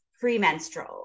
premenstrual